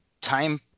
time